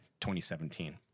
2017